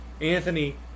Anthony